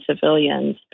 civilians